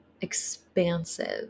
expansive